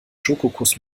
schokokuss